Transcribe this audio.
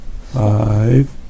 Five